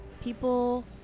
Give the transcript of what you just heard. people